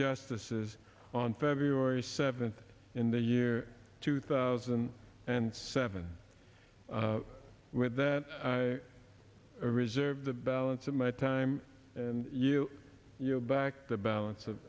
justices on february seventh in the year two thousand and seven with that reserve the balance of my time and you back the balance of